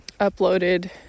uploaded